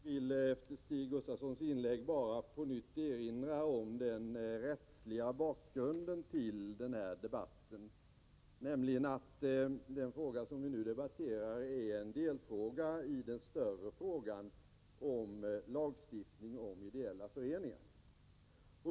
Herr talman! Efter Stig Gustafssons inlägg vill jag bara på nytt erinra om den rättsliga bakgrunden till denna debatt, nämligen att den fråga som vi nu debatterar är en delfråga i den större frågan om lagstiftning om ideella föreningar.